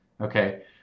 Okay